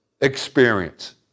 experience